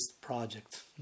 project